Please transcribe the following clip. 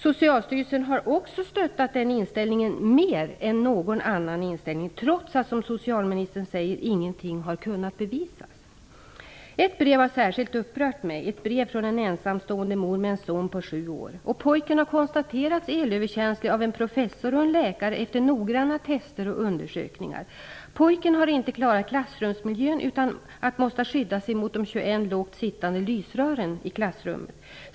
Socialstyrelsen har också stöttat den inställningen mer än någon annan inställning trots att, som socialministern säger, ingenting har kunnat bevisas. Ett brev har särskilt upprört mig. Det är ett brev från en ensamstående mor med en son på sju år. Pojken har konstaterats elöverkänslig av en professor och en läkare efter noggranna tester och undersökningar. Pojken har inte klarat klassrumsmiljön utan varit tvungen att skydda sig mot de 21 lågt sittande lysrören i klassrummet.